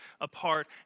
apart